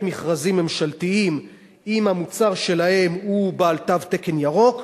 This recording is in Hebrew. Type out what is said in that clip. מכרזים ממשלתיים אם המוצר שלהן הוא בעל תו תקן ירוק,